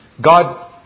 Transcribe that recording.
God